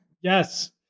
Yes